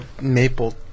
maple